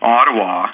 Ottawa